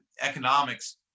economics